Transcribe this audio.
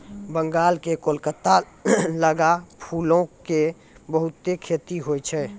बंगाल के कोलकाता लगां फूलो के बहुते खेती होय छै